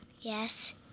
Yes